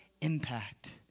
impact